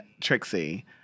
Trixie